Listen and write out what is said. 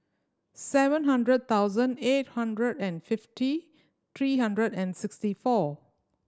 seven hundred thousand eight hundred and fifty three hundred and sixty four